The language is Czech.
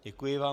Děkuji vám.